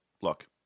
look